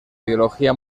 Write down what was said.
biología